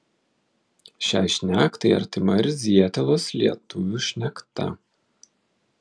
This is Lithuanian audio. šiai šnektai artima ir zietelos lietuvių šnekta